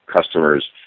customers